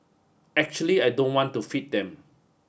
actually I don't want to feed them